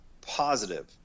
positive